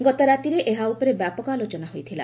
ଗତରାତିରେ ଏହା ଉପରେ ବ୍ୟାପକ ଆଲୋଚନା ହୋଇଥିଲା